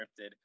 scripted